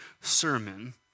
sermon